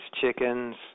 chickens